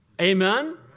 Amen